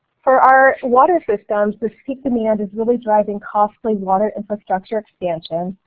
for our water systems this peak demand is really driving costly water infrastructure expansions.